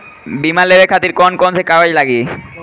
बीमा लेवे खातिर कौन कौन से कागज लगी?